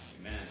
Amen